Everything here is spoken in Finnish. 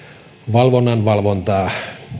valvonnan valvontaa